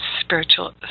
Spiritual